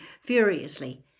furiously